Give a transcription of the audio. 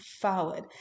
forward